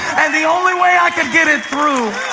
and the only way i could get it through